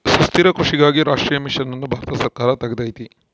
ಸುಸ್ಥಿರ ಕೃಷಿಗಾಗಿ ರಾಷ್ಟ್ರೀಯ ಮಿಷನ್ ಅನ್ನು ಭಾರತ ಸರ್ಕಾರ ತೆಗ್ದೈತೀ